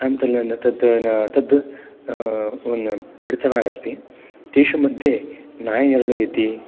तत् पठितवान् अस्मि तेषु मध्ये नाययरडु इति